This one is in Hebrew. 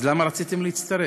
אז למה רציתם להצטרף?